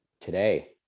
today